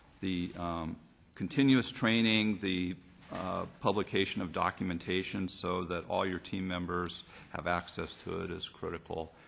the continuous training, the publication of documentation so that all your team members have access to it is critical.